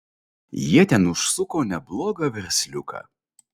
jie ten užsuko neblogą versliuką